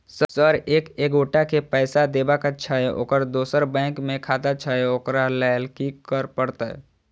Sir एक एगोटा केँ पैसा देबाक छैय ओकर दोसर बैंक मे खाता छैय ओकरा लैल की करपरतैय?